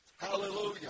Hallelujah